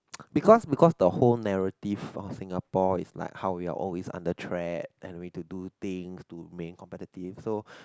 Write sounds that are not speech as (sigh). (noise) because because the whole narrative of Singapore is like how we are always under track and we to do things to remain competitive so